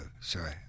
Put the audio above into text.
sorry